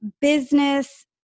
business